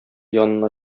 янына